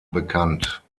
bekannt